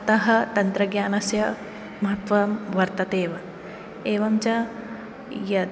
अतः तन्त्रज्ञानस्य महत्वं वर्तते एव एवं एवञ्च